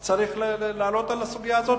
והכוחות וצריך לענות על הסוגיה הזאת